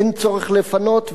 אין צורך לפנות,